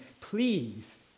please